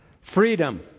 Freedom